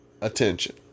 attention